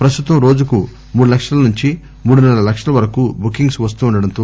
ప్రస్తుతం రోజుకు మూడు లక్షల నుంచి మూడున్న ర లక్షల వరకు బుకింగ్ప్ వస్తుండటంతో